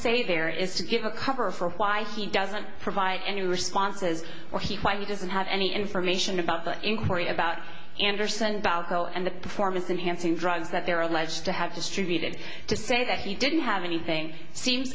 say there is to give a cover for why he doesn't provide any responses or he might he doesn't have any information about the inquiry about anderson balco and the performance enhancing drugs that they're alleged to have distributed to say that he didn't have anything seems